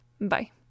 Bye